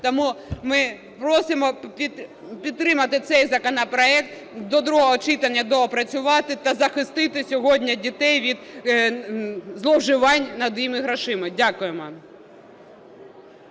Тому ми просимо підтримати цей законопроект, до другого читання доопрацювати та захистити сьогодні дітей від зловживань над їхніми грошима. Дякуємо.